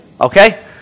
Okay